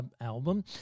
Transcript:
album